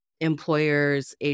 employers